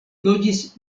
loĝis